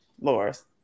Loris